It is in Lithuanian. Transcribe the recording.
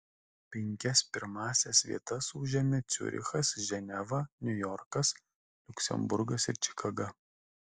penkias pirmąsias vietas užėmė ciurichas ženeva niujorkas liuksemburgas ir čikaga